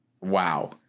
wow